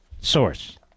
source